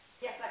Yes